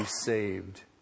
saved